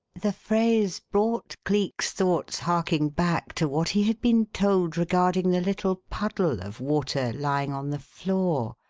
the phrase brought cleek's thoughts harking back to what he had been told regarding the little puddle of water lying on the floor,